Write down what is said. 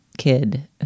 kid